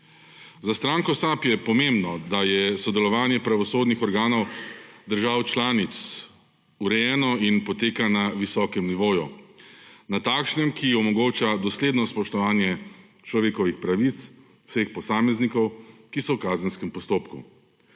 Za stranko SAB je pomembno, da je sodelovanje pravosodnih organov držav članic urejeno in poteka na visokem nivoju, na takšnem, ki omogoča dosledno spoštovanje človekovih pravic, vseh posameznikov, ki so v kazenskem postopku.